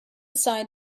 side